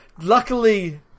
Luckily